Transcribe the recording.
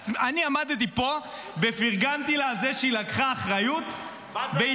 אני עמדתי פה ופרגנתי לה על זה שהיא לקחה אחריות והתפטרה.